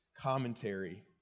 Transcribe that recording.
commentary